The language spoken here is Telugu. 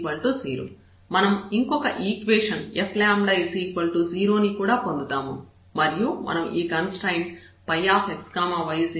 మనం ఇంకొక ఈక్వేషన్ F0 ని కూడా పొందుతాము మరియు మనం ఈ కన్స్ట్రయిన్ట్ xy0 ని కూడా కలిగి ఉన్నాము